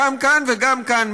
גם כאן וגם כאן,